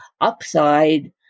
Upside